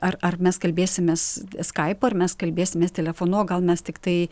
ar ar mes kalbėsimės skaipą ar mes kalbėsimės telefonu o gal mes tiktai